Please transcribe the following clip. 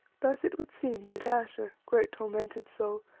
thus it would seem that ayesha, great tormented soul,